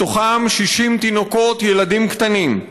מהם 60 תינוקות וילדים קטנים.